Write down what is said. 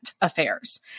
affairs